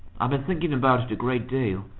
i've been thinking about it a great deal,